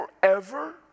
forever